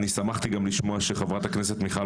אני שמחתי גם לשמוע שחברת הכנסת מיכל